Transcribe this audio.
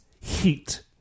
heat